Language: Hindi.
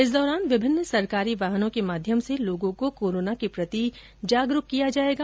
इस दौरान विभिन्न सरकारी वाहनों के माध्यम से लोगों को कोरोना के प्रति जागरूक किया जाएगा